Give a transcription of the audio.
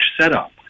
setup